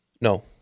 No